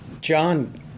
John